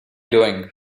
doing